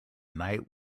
night